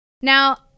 Now